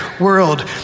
world